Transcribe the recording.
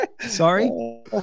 Sorry